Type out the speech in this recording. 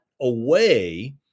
away